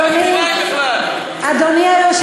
אז שיאפשר לי סגן